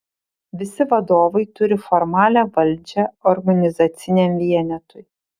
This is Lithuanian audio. visi vadovai turi formalią valdžią organizaciniam vienetui